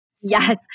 yes